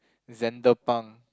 Xander-Pang